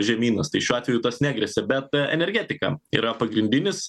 žemynas tai šiuo atveju tas negresia bet energetika yra pagrindinis